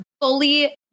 fully